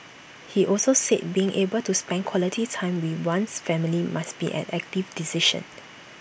he also said being able to spend quality time with one's family must be an active decision